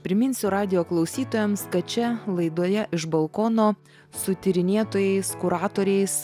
priminsiu radijo klausytojams kad čia laidoje iš balkono su tyrinėtojais kuratoriais